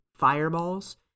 fireballs